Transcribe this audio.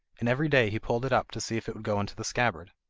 and every day he pulled it up to see if it would go into the scabbard.